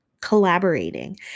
collaborating